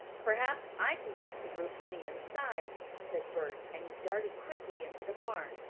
perhaps i can get to the roof from the inside, said bert, and he darted quickly into the barn.